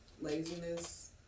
laziness